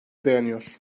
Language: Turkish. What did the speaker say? dayanıyor